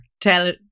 tell